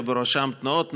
ובראשו תנועות נוער,